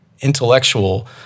intellectual